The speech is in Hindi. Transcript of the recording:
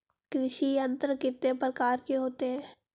कृषि यंत्र कितने प्रकार के होते हैं?